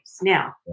now